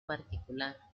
particular